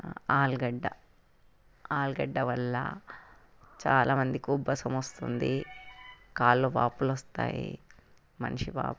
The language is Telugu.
ఆలుగడ్డ ఆలుగడ్డ వల్ల చాలామందికి ఉబ్బసం వస్తుంది కాళ్ళు వాపులు వస్తాయి మనిషి